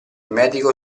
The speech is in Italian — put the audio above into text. medico